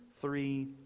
three